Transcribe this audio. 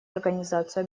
организацию